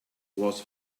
was